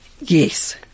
Yes